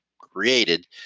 created